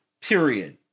period